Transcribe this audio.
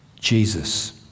Jesus